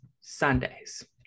Sundays